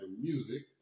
music